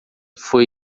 foi